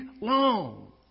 long